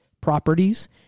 properties